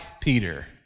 Peter